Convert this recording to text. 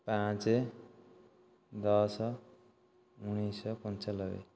ପାଞ୍ଚ ଦଶ ଉଣେଇଶଶହ ପଞ୍ଚାନବେ